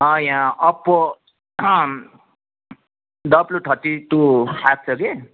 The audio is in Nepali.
अँ यहाँ ओप्पो डब्लू थर्टी टू आएको छ कि